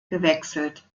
gewechselt